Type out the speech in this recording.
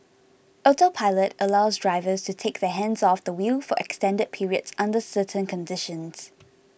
autopilot allows drivers to take their hands off the wheel for extended periods under certain conditions